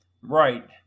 Right